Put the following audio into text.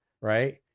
right